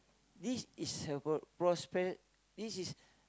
this is about prospe~ this is